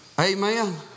Amen